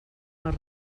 les